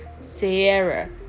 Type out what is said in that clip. Sierra